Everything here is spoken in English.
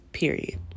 Period